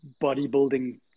bodybuilding